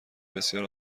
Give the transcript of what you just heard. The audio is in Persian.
بسیار